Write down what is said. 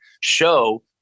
show